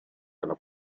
dalla